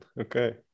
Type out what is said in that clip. okay